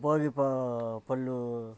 భోగి పళ్ళు